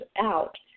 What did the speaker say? out